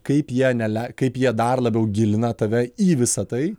kaip jie nelei kaip jie dar labiau gilina tave į visa tai